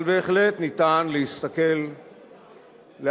אבל בהחלט ניתן להסתכל לאחור,